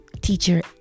Teacher